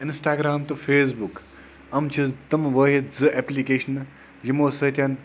Instagram تہٕ Facebook یِم چھِ تِم وٲحِد زٕ ایٚپلِکیشنہٕ یِمو سۭتۍ